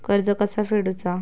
कर्ज कसा फेडुचा?